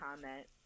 comment